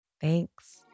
Thanks